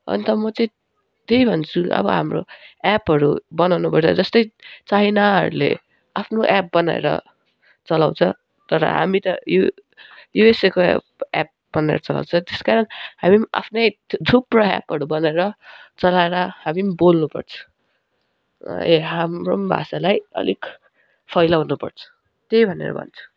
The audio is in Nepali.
अन्त म चाहिँ त्यही भन्छु अब हाम्रो एपहरू बनाउनु पर्छ जस्तै चाइनाहरूले आफ्नो एप बनाएर चलाउँछ तर हामी त यु युएसएको एप बनाएर चलाउँछ त्यस कारण हामी पनि आफ्नै थुप्रै एपहरू बनाएर चलाएर हामी पनि बोल्नुपर्छ ए हाम्रो पनि भाषालाई अलिक फैलाउनु पर्छ त्यही भनेर भन्छु